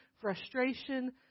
frustration